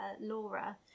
Laura